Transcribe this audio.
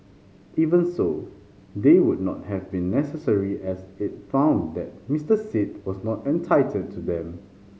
even so they would not have been necessary as it found that Mister Sit was not entitled to them